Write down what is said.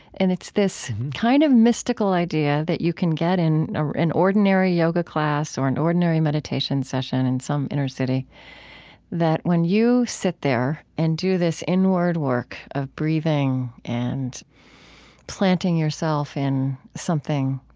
and it's this kind of mystical idea that you can get in an ordinary yoga class or an ordinary meditation session in some inner city that, when you sit there and do this inward work of breathing and planting yourself in something,